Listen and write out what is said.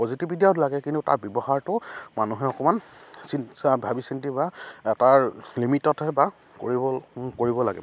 প্ৰযুক্তিবিদ্যাও লাগে কিন্তু তাৰ ব্যৱহাৰটো মানুহে অকণমান ভাবি চিন্তি বা তাৰ লিমিটতহে বা কৰিব কৰিব লাগে